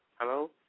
Hello